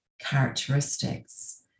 characteristics